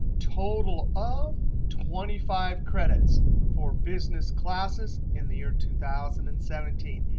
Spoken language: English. total of twenty five credits for business classes in the year two thousand and seventeen.